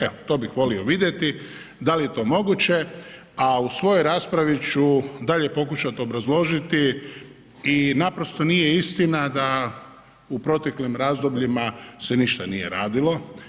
Evo, to bih volio vidjeti, da li je to moguće, a u svojoj raspravi u dalje pokušati obrazložiti i naprosto nije istina da u proteklim razdobljima se ništa nije radilo.